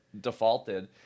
defaulted